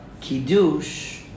kiddush